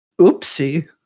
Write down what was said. oopsie